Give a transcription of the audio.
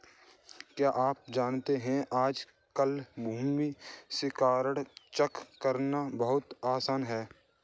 क्या आप जानते है आज कल भूमि रिकार्ड्स चेक करना बहुत आसान है?